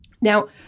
Now